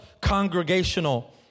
congregational